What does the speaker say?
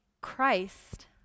Christ